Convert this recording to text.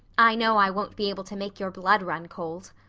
i know i won't be able to make your blood run cold.